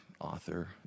author